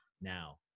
Now